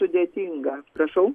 sudėtinga prašau